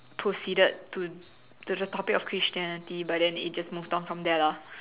proceeded to to the topic of Christianity but then it just moved on from there lah